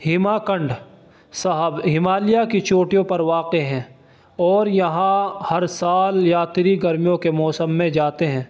ہما کنڈ صاحب ہمالیہ کی چوٹیوں پر واقع ہے اور یہاں ہر سال یاتری گرمیوں کے موسم میں جاتے ہیں